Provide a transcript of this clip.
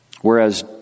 Whereas